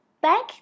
back